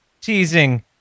teasing